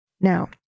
Now